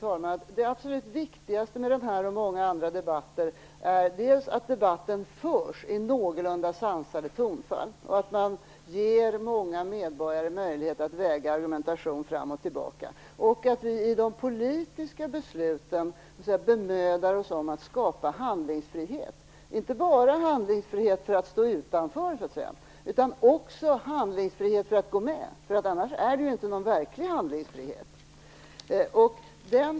Jag tror att det absolut viktigaste med denna debatt och många andra debatter är dels att diskussionen förs i ett någorlunda sansat tonfall, dels att man ger många medborgare en möjlighet att väga argumentationen fram och tillbaka. I de politiska besluten måste vi också bemöda oss om att skapa handlingsfrihet, inte bara handlingsfrihet för att kunna stå utanför utan också handlingsfrihet för att kunna gå med. Annars är det ju inte fråga om någon verklig handlingsfrihet.